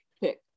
pick